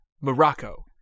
morocco